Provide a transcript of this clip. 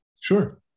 Sure